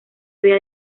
había